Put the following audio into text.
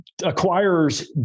acquirers